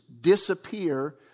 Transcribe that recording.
disappear